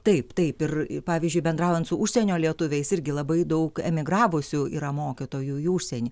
taip taip ir pavyzdžiui bendraujan su užsienio lietuviais irgi labai daug emigravusių yra mokytojų į užsienį